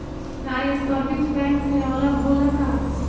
का ये service bank से अलग होला का?